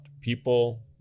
people